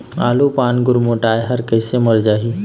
आलू पान गुरमुटाए हर कइसे मर जाही?